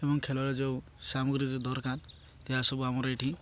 ଏବଂ ଖେଳରେ ଯେଉଁ ସାମଗ୍ରୀ ଯେଉଁ ଦରକାର ଏହାସବୁ ଆମର ଏଠି